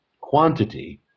quantity